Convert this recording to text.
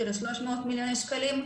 של 300 מיליוני שקלים.